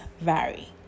vary